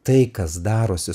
tai kas darosi